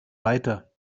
weiter